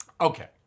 Okay